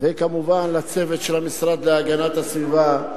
וכמובן לצוות של המשרד להגנת הסביבה,